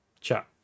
Ciao